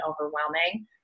overwhelming